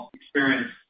experience